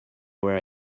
where